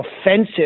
offensive